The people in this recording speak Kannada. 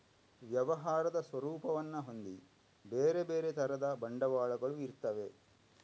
ವ್ಯವಹಾರದ ಸ್ವರೂಪವನ್ನ ಹೊಂದಿ ಬೇರೆ ಬೇರೆ ತರದ ಬಂಡವಾಳಗಳು ಇರ್ತವೆ